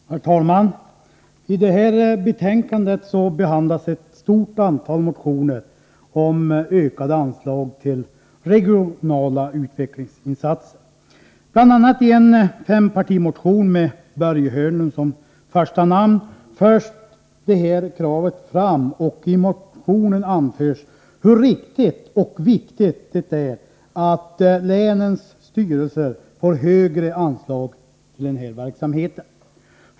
Herr talman! I detta betänkande behandlas ett stort antal motioner om ökade anslag till regionala utvecklingsinsatser. Bl.a. i en fempartimotion med Börje Hörnlund som första namn förs detta krav fram. I motionen anförs hur riktigt och viktigt det är att länens styrelser får högre anslag till denna verksamhet.